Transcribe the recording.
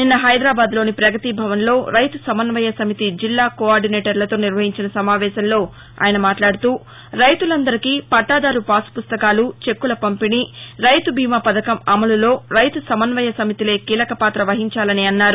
నిన్న హైదరాబాద్లోని ప్రపగతి భవన్లో రైతు సమన్వయ సమితి జిల్లా కో ఆర్టినేటర్లతో నిర్వహించిన సమావేశంలో ఆయన మాట్లాడుతూ రైతులందరికీ పట్టాదారు పుస్తకాలు చెక్కుల పంపిణీ రైతు బీమా పథకం అమలులో రైతు సమన్వయ సమితిలే కీలకపాత్ర వహించాలని అన్నారు